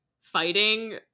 fighting